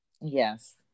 yes